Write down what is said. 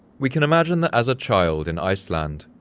we can imagine that as a child in iceland,